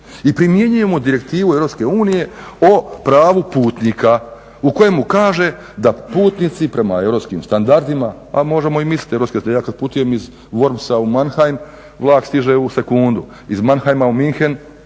i primjenjujemo Direktivu Europske unije o pravu putnika u kojemu kaže da putnici prema europskim standardima a možemo i misliti, ja kada putujem iz Wormsa u Mannheim vlak stiže u sekundu, iz Mannheima u München